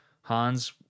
Hans